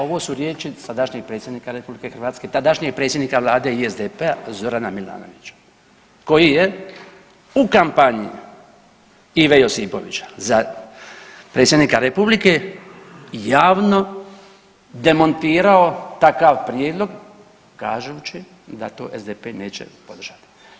Ovo su riječi sadašnjeg predsjednika RH, tadašnjeg predsjednika Vlade i SDP-a, Zorana Milanovića koji je u kampanji Ive Josipovića za predsjednika republike javno demontirao takav prijedlog kažući da to SDP neće podržati.